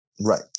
Right